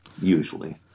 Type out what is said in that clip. usually